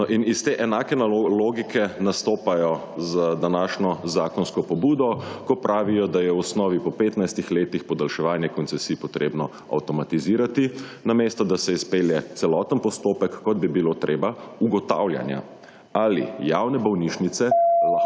in iz te enake logike nastopajo z današnjo zakonsko pobudo, ko pravijo, da je v osnovi po 15 letih podaljševanje koncesij potrebno avtomatizirati namesto, da se izpelje celoten postopek, kot bi bilo treba, ugotavljanja, ali javne bolnišnice lahko